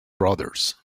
brothers